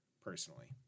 Personally